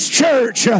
church